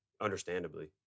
understandably